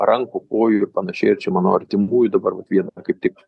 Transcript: rankų kojų ir panašiai ir čia mano artimųjų dabar vat vieną kaip tik